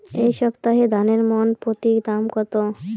এই সপ্তাহে ধানের মন প্রতি দাম কত?